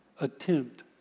Attempt